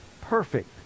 perfect